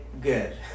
good